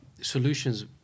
solutions